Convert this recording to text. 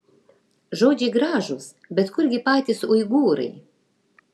žodžiai gražūs bet kurgi patys uigūrai